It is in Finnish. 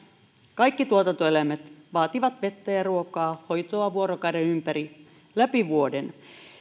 kaikki tuotantoeläimet vaativat vettä ja ruokaa hoitoa vuorokauden ympäri läpi vuoden